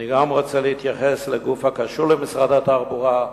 אני גם רוצה להתייחס לגוף הקשור למשרד התחבורה,